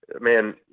man